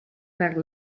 per